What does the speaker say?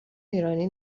ایرانی